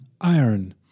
Iron